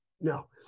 no